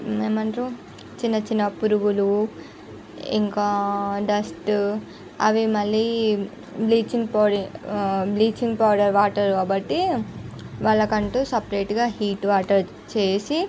ఏమంటారు చిన్న చిన్న పురుగులు ఇంకా డస్ట్ అది మళ్లీ bleaching powder bleaching powder water బట్టి వాళ్లకంటూ సపరేట్గా హీట్ వాటర్ చేసి